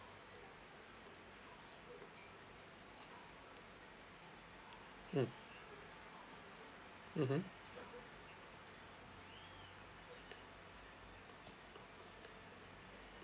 mm mmhmm